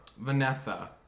Vanessa